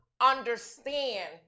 understand